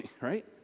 right